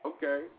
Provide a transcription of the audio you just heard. Okay